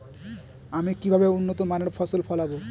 আমি কিভাবে উন্নত মানের ফসল ফলাব?